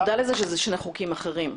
אתה מודע לזה שאלה שני חוקים אחרים.